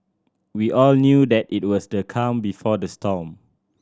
we all knew that it was the calm before the storm